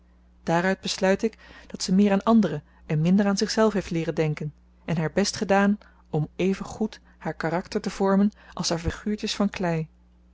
daaruit besluit ik dat ze meer aan anderen en minder aan zichzelf heeft leeren denken en haar best gedaan om evengoed haar karakter te vormen als haar figuurtjes van klei